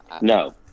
No